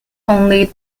only